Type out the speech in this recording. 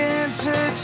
answer